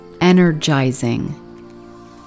energizing